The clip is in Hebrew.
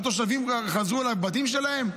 התושבים חזרו לבתים שלהם?